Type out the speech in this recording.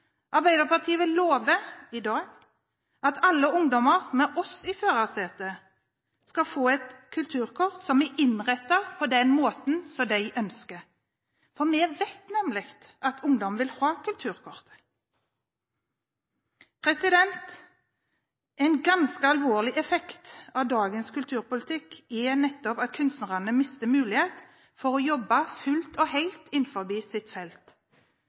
Arbeiderpartiet vil i dag love at alle ungdommer med oss i førersetet skal få et kulturkort som er innrettet på den måten de ønsker, for vi vet nemlig at ungdom vil ha kulturkortet. En ganske alvorlig effekt av dagens kulturpolitikk er nettopp at kunstnerne mister muligheten til å jobbe fullt og helt innenfor sitt felt.